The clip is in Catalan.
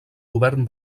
govern